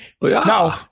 no